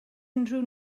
unrhyw